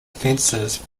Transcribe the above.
fences